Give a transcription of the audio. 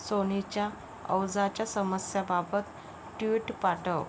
सोनीच्या आवाजाच्या समस्याबाबत ट्विट पाठव